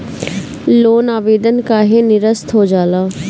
Loan आवेदन काहे नीरस्त हो जाला?